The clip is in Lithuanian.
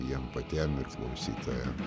jiem patiem ir klausytojam